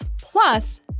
Plus